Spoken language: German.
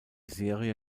serie